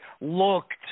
looked